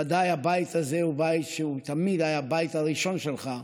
ודאי הבית הזה הוא בית שתמיד היה הבית הראשון שלך,